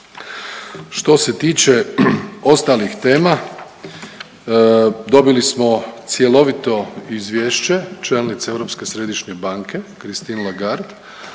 Što se tiče ostalih tema dobili smo cjelovito izvješće čelnice Europske središnje banke Christine Lagarde